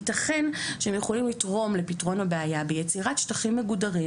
ייתכן שהם יכולים לתרום לפתרון הבעיה ביצירת שטחים מגודרים